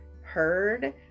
heard